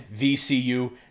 VCU